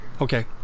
Okay